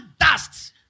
dust